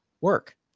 work